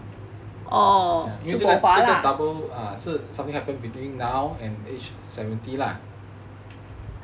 因为这个这个 double err 是 something happen between now and age seventy lah